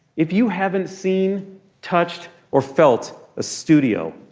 if you haven't seen touched or felt a studio,